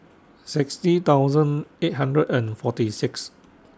sixty thousand eight hundred and forty six